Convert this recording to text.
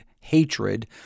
hatred